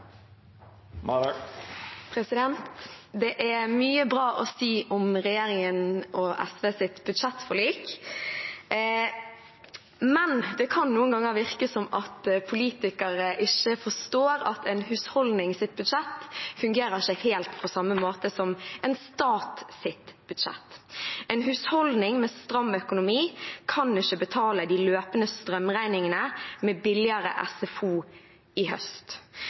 Det er mye bra å si om regjeringen og SVs budsjettforlik, men det kan noen ganger virke som at politikere ikke forstår at en husholdnings budsjett ikke fungerer helt på samme måte som en stats budsjett. En husholdning med stram økonomi kan ikke betale de løpende strømregningene med billigere SFO i høst.